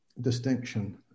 distinction